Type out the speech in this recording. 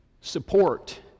support